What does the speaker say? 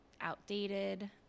outdated